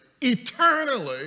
eternally